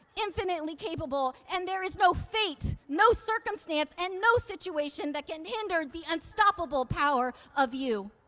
infinitely capable, and there is no fate, no circumstance, and no situation that can hinder the unstoppable power of you.